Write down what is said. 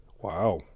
wow